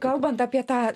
kalbant apie tą